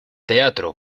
teatro